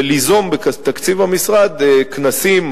וליזום בתקציב המשרד כנסים,